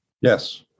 Yes